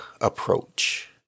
approach